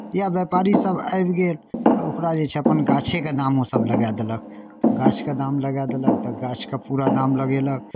या व्यापारीसभ आबि गेल ओकरा जे छै अपन गाछेके दाम ओसभ लगाए देलक गाछके दाम लगा देलक तऽ गाछके पूरा दाम लगयलक